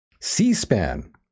C-SPAN